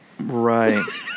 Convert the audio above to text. Right